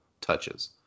touches